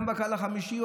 גם בגל החמישי,